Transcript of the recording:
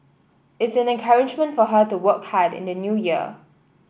it's an encouragement for her to work hard in the New Year